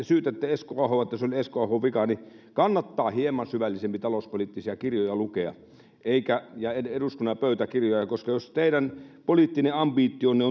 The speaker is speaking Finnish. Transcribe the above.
syytätte esko ahoa että se oli esko ahon vika niin kannattaa hieman syvällisempiä talouspoliittisia kirjoja lukea ja eduskunnan pöytäkirjoja koska jos teidän poliittinen ambitionne